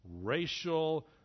racial